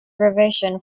revision